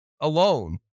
alone